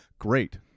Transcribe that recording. Great